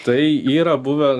tai yra buvę